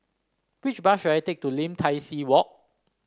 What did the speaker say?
which bus should I take to Lim Tai See Walk